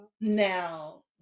Now